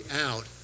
out